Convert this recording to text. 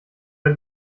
ein